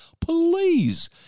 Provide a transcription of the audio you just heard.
please